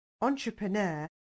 entrepreneur